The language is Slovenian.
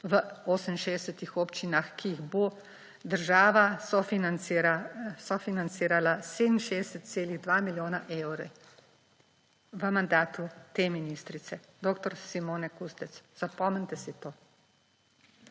v 68 občinah, ki jih bo država sofinancirala s 67,2 milijona evrov v mandatu te ministrice, dr. Simone Kustec. Zapomnite si to!